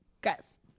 Guys